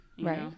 right